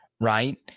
right